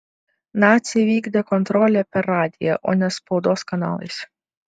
naciai vykdė kontrolę per radiją o ne spaudos kanalais